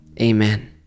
Amen